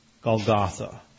Golgotha